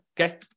okay